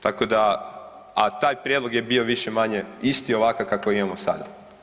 Tako da, a taj prijedlog je bio više-manje isti ovakav kakav imamo sada.